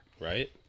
right